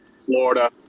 Florida